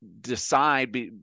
decide